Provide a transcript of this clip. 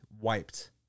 wiped